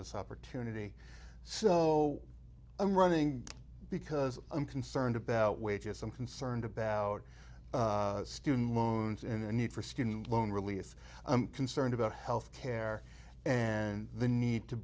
this opportunity so i'm running because i'm concerned about wages i'm concerned about student loans and the need for student loan release i'm concerned about health care and the need to